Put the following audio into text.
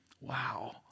Wow